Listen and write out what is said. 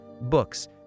books